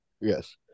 Yes